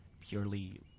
purely